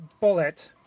bullet